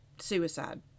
suicide